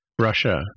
russia